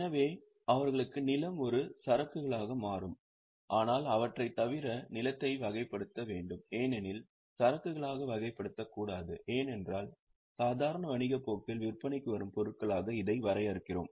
எனவே அவர்களுக்கு நிலம் ஒரு சரக்குகளாக மாறும் ஆனால் அவற்றைத் தவிர நிலத்தை வகைப்படுத்த வேண்டும் ஏனெனில் சரக்குகளாக வகைப்படுத்தக்கூடாது ஏனென்றால் சாதாரண வணிகப் போக்கில் விற்பனைக்கு வரும் பொருட்களாக இதை வரையறுக்கிறோம்